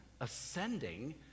ascending